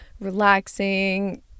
relaxing